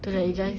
to let you guys